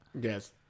Yes